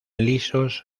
lisos